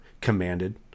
commanded